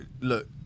look